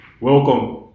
Welcome